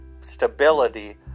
stability